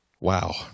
Wow